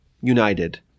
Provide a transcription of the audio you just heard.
united